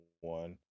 one